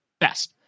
best